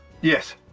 Yes